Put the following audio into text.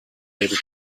able